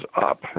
up